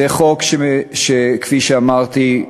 זה חוק שכפי שאמרתי,